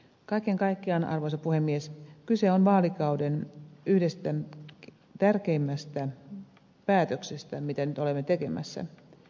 kaiken kaikkiaan arvoisa puhemies kyse on yhdestä vaalikauden tärkeimmistä päätöksestä mitä nyt olemme tekemässä